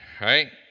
Right